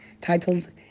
titled